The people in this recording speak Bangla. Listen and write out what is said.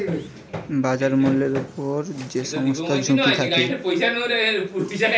বাজার মূল্যের উপর যে সমস্ত ঝুঁকি থাকে